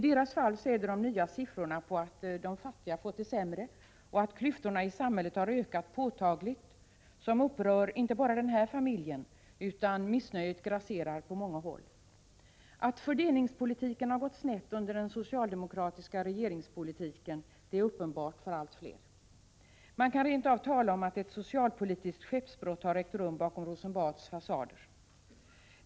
Det är de nya siffrorna på att de fattiga fått det sämre och att klyftorna i samhället har ökat påtagligt som upprör inte bara den här familjen. Missnöjet grasserar på många håll. Att fördelningspolitiken har gått snett under den socialdemokratiska regeringstiden är uppenbart för allt fler. Man kan rent av tala om att ett socialpolitiskt skeppsbrott har ägt rum bakom Rosenbads fasader.